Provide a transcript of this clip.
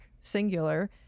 singular